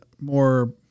more